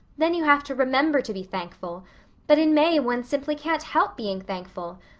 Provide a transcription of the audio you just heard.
then you have to remember to be thankful but in may one simply can't help being thankful.